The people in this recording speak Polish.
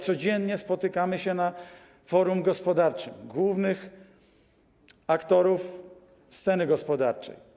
Codziennie spotykamy się na forum gospodarczym, na forum głównych aktorów sceny gospodarczej.